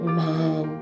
man